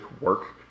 work